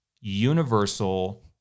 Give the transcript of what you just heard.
Universal